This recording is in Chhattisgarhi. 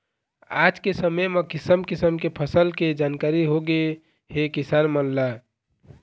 आज के समे म किसम किसम के फसल के जानकारी होगे हे किसान मन ल